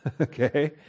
Okay